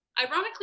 ironically